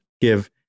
give